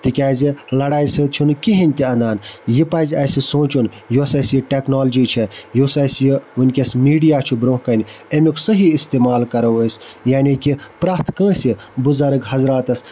تکیازِ لَڑایہِ سۭتۍ چھُنہٕ کِہیٖنۍ تہِ اَندان یہِ پَزِ اَسہِ سونٛچُن یۄس اَسہِ یہِ ٹیٚکنالجی چھےٚ یُس اَسہِ یہِ وٕنۍکٮ۪س میٖڈیا چھُ برونٛہہ کَنہِ امیُک صحیح استعمال کَرَو أسۍ یعنی کہِ پرٛٮ۪تھ کٲنٛسہِ بُزَرگ حضراتَس